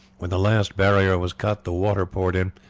when the last barrier was cut the water poured in,